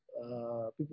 people